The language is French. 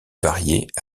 variées